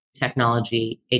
technology